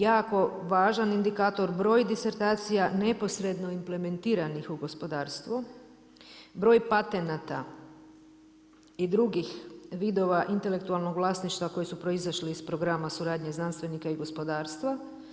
Jako važan indikator, broj disertacija neposredno implementiranih u gospodarstvo, broj patenata i drugih vidova intelektualnog vlasništva koji su proizašli iz programa suradnje znanstvenika i gospodarstva.